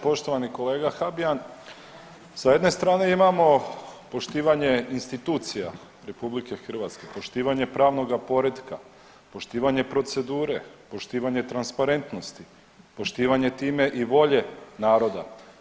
Poštovani kolega Habijan, s jedne strane imamo poštivanje institucija Republike Hrvatske, poštivanje pravnoga poretka, poštivanje procedure, poštivanje transparentnosti, poštivanje time i volje naroda.